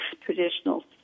traditional